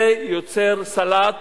זה יוצר סלט